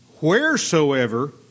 Wheresoever